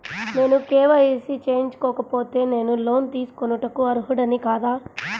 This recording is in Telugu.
నేను కే.వై.సి చేయించుకోకపోతే నేను లోన్ తీసుకొనుటకు అర్హుడని కాదా?